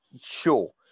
Sure